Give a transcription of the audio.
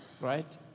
right